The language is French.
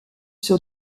sur